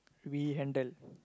we handle